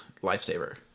lifesaver